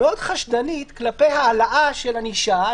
מאוד חשדנית כלפי העלאה של ענישה,